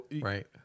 Right